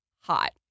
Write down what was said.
hot